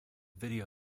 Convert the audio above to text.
video